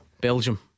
Belgium